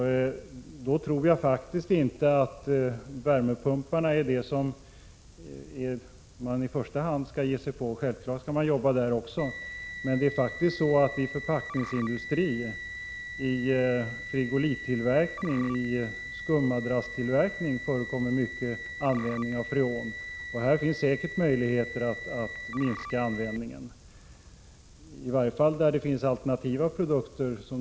Jag tror faktiskt inte att värmepumparna är det som man i första hand skall ge sig på. Självfallet skall man jobba med dem också, men faktum är att i förpackningsindustrin, i frigolitoch skummadrasstillverkning används mycket freon, och säkert finns det möjligheter att minska den användningen, i varje fall där det finns alternativ.